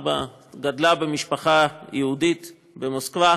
גדלה במשפחה יהודית במוסקבה.